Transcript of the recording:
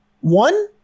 one